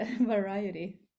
variety